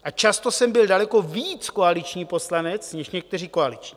A často jsem byl daleko víc koaliční poslanec než někteří koaliční.